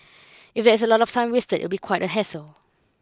if there is a lot of time wasted it would be quite a hassle